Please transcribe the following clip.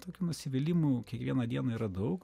tokių nusivylimų kiekvieną dieną yra daug